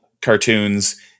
cartoons